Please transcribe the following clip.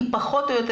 אני פחות או יותר,